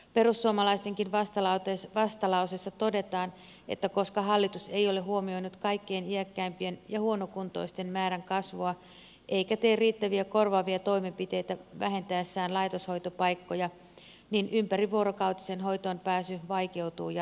perussuomalaistenkin vastalauseessa todetaan että koska hallitus ei ole huomioinut kaikkein iäkkäimpien ja huonokuntoisten määrän kasvua eikä tee riittäviä korvaavia toimenpiteitä vähentäessään laitoshoitopaikkoja niin ympärivuorokautiseen hoitoon pääsy vaikeutuu jatkossa